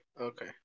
Okay